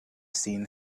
seen